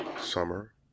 summer